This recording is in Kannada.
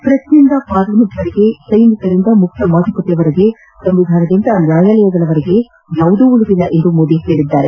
ಪ್ರೆಸ್ನಿಂದ ಪಾರ್ಲಿಮೆಂಟ್ವರೆಗೆ ಸೈನಿಕರಿಂದ ಮುಕ್ತ ಮಾತುಕತೆವರೆಗೆ ಸಂವಿಧಾನದಿಂದ ನ್ಯಾಯಾಲಯಗಳವರೆಗೆ ಯಾವುದೂ ಉಳಿದಿಲ್ಲ ಎಂದು ಮೋದಿ ಹೇಳಿದ್ದಾರೆ